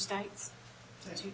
thank you